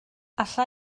alla